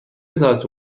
ساعتی